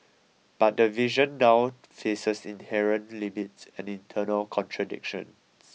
but the vision now faces inherent limits and internal contradictions